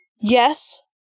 Yes